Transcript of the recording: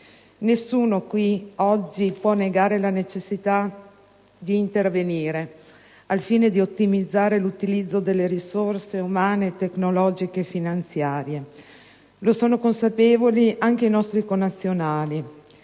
Nessuno qui oggi può negare la necessità di intervenire al fine di ottimizzare l'utilizzo delle risorse umane, tecnologiche e finanziarie; ne sono consapevoli anche i nostri connazionali,